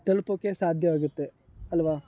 ತಲುಪೋಕೆ ಸಾಧ್ಯವಾಗುತ್ತೆ ಅಲ್ವ